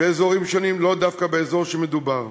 אדוני היושב-ראש,